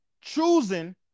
choosing